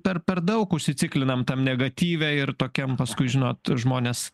per per daug užsiciklinam tam negatyve ir tokiam paskui žinot žmonės